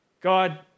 God